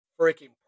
freaking